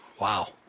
Wow